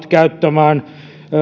käyttämään